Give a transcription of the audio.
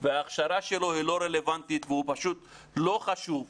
וההכשרה שלו היא לא רלוונטית והוא פשוט לא חשוב,